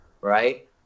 right